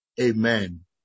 Amen